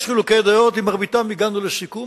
יש חילוקי דעות, עם מרביתם הגענו לסיכום.